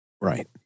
Right